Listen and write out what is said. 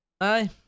aye